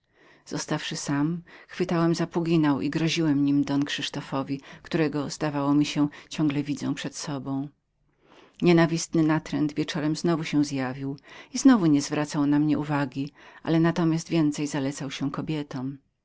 niewinnemi zostawszy sam chwytałem za puginał i groziłem nim don krzysztofowi którego zdawało mi się że ciągle widzę przed sobą nienawistny ten natręt wieczorem znowu się zjawił i znowu nie zwracał na mnie uwagi ale natomiast więcej zalecał się kobietom